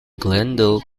glendale